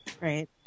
Right